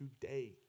today